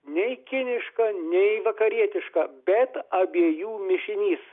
nei kiniška nei vakarietiška bet abiejų mišinys